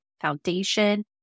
foundation